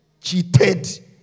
cheated